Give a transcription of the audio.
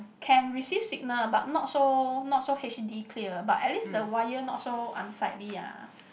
can receive signal but not so not so H_D clear but at least the wire not so unsightly ah